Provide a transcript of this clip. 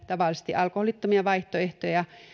tavallisesti kysyttäessä alkoholittomia vaihtoehtoja